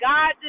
God